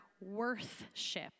worth-ship